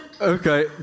Okay